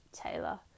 Taylor